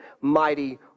mighty